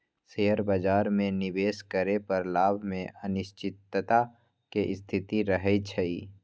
share बाजार में निवेश करे पर लाभ में अनिश्चितता के स्थिति रहइ छइ